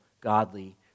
godly